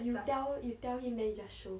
you tell you tell him then you just show